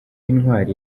intwari